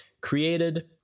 created